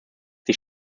sie